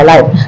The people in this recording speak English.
Life